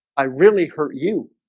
i really hurt you